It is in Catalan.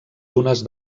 dunes